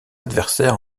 adversaire